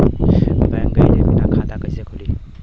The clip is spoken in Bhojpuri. बैंक गइले बिना खाता कईसे खुली?